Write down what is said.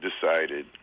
decided